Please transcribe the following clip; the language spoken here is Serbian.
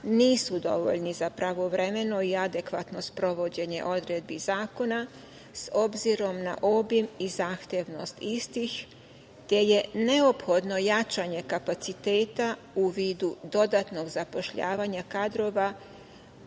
nisu dovoljni za pravovremeno i adekvatno sprovođenje odredbi zakona, obzirom na obim i zahtevnost istih, te je neophodno jačanje kapaciteta u vidu dodatnog zapošljavanja kadrova